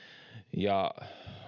ja